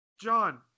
John